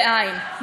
ואין,